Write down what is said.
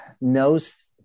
knows